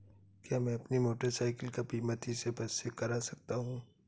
क्या मैं अपनी मोटरसाइकिल का बीमा तीसरे पक्ष से करा सकता हूँ?